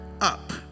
up